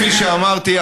כפי שאמרתי,